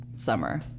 Summer